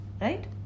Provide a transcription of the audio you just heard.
right